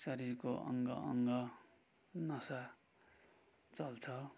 शरीरको अङ्ग अङ्ग नसा चल्छ